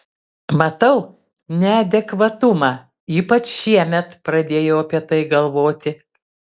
matau neadekvatumą ypač šiemet pradėjau apie tai galvoti